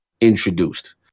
introduced